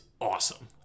awesome